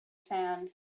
sand